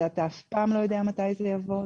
אתה אף פעם לא יודע מתי זה יבוא.